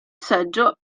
seggio